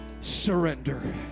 surrender